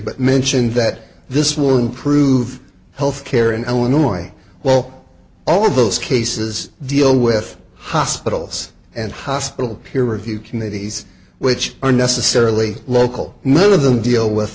but mentioned that this will improve health care in illinois well all of those cases deal with hospitals and hospital peer review committees which are necessarily local none of them deal with